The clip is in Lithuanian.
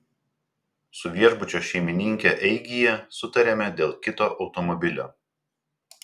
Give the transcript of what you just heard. su viešbučio šeimininke eigyje sutarėme dėl kito automobilio